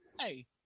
hey